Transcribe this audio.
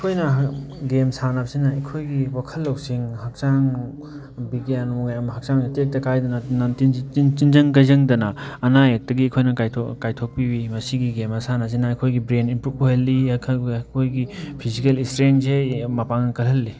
ꯑꯩꯈꯣꯏꯅ ꯒꯦꯝ ꯁꯥꯟꯅꯕꯁꯤꯅ ꯑꯩꯍꯣꯏꯒꯤ ꯋꯥꯈꯜ ꯂꯧꯁꯤꯡ ꯍꯛꯆꯥꯡ ꯕꯤꯒ꯭ꯌꯥꯟ ꯍꯛꯆꯥꯡꯁꯨ ꯇꯦꯛꯇ ꯀꯥꯏꯗꯅ ꯇꯤꯟꯖꯪ ꯀꯥꯏꯖꯪꯗꯅ ꯑꯅꯥ ꯑꯌꯦꯛꯇꯒꯤ ꯑꯩꯈꯣꯏꯅ ꯀꯥꯏꯊꯣꯛꯄꯤꯕꯤ ꯃꯁꯤꯒꯤꯒꯤ ꯒꯦꯝ ꯃꯁꯥꯟꯅꯁꯤꯅ ꯑꯩꯈꯣꯏꯒꯤ ꯕ꯭ꯔꯦꯟ ꯏꯝꯄ꯭ꯔꯨꯕ ꯑꯣꯏꯍꯜꯂꯤ ꯑꯩꯈꯣꯏꯒꯤ ꯐꯤꯖꯤꯀꯦꯜ ꯏꯁꯇꯔꯦꯡꯁꯦ ꯌꯥꯝ ꯃꯄꯥꯡꯒꯜ ꯀꯜꯍꯜꯂꯤ